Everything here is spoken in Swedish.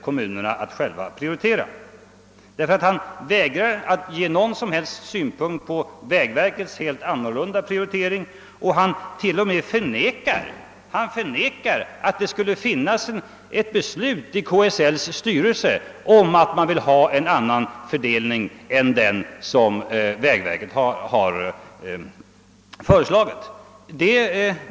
Kommunikationsministern vägrar nämligen att lägga någon som helst synpunkt på vägverkets helt annorlunda prioritering, och han förnekar att det skulle finnas ett beslut i KSL:s styrelse om att man vill ha en annan fördelning än den som vägverket har föreslagit.